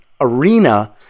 arena